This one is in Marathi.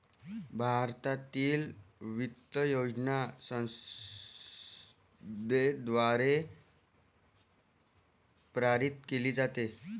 भारतातील वित्त योजना संसदेद्वारे पारित केली जाते